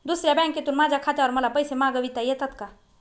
दुसऱ्या बँकेतून माझ्या खात्यावर मला पैसे मागविता येतात का?